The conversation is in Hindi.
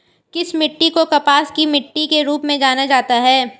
किस मिट्टी को कपास की मिट्टी के रूप में जाना जाता है?